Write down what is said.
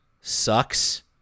sucks